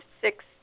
six